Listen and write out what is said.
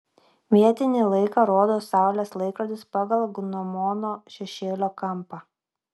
vietinį laiką rodo saulės laikrodis pagal gnomono šešėlio kampą